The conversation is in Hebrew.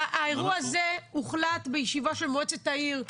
האירוע הזה הוחלט בישיבה של מועצת העיר.